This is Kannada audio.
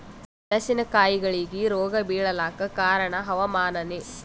ಮೆಣಸಿನ ಕಾಯಿಗಳಿಗಿ ರೋಗ ಬಿಳಲಾಕ ಕಾರಣ ಹವಾಮಾನನೇ?